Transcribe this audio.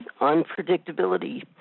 unpredictability